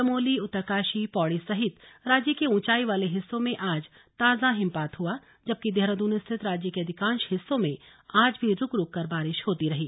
चमोली उत्तरकाशी पौड़ी सहित राज्य के ऊंचाई वाले हिस्सों में आज ताजा हिमपात हुआ जबकि देहरादून सहित राज्य के अधिकांश हिस्सों में आज भी रूक रूककर बारिश होती रही